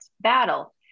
battle